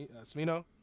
Smino